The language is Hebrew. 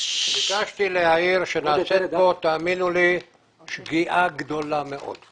ביקשתי להעיר שנעשית כאן שגיאה גדולה מאוד.